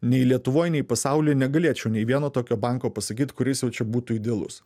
nei lietuvoj nei pasauly negalėčiau nei vieno tokio banko pasakyt kuris jau čia būtų idealus